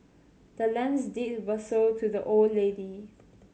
the land's deed was sold to the old lady